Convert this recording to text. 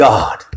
God